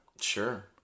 Sure